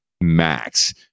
max